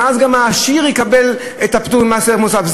ואז גם העשיר יקבל את הפטור ממס ערך מוסף.